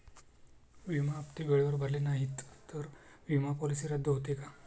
विमा हप्ते वेळेवर भरले नाहीत, तर विमा पॉलिसी रद्द होते का?